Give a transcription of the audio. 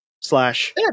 slash